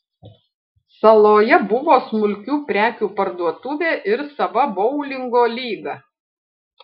saloje buvo smulkių prekių parduotuvė ir sava boulingo lyga